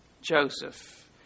Joseph